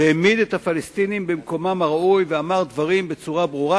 והעמיד את הפלסטינים במקומם הראוי ואמר דברים בצורה ברורה,